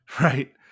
right